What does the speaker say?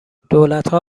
دولتها